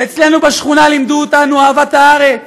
אצלנו בשכונה לימדו אותנו אהבת הארץ,